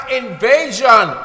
invasion